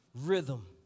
rhythm